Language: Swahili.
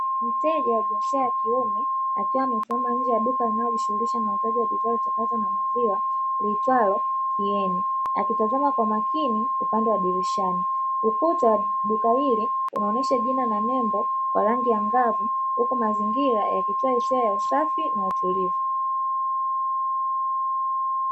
Mteja wa jinsia ya kiume, akiwa amesimama nje ya duka linalojishughulisha na uuzaji wa bidhaa zitokanazo na maziwa liitwalo “Kieni”, akitazama kwa makini upande wa dirishani, ukuta wa duka lile unaonesha jina na nembo kwa rangi angavu, huku mazingira yakitoa hisia ya usafi na utulivu.